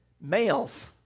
males